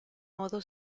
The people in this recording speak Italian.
modo